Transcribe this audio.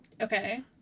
Okay